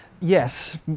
Yes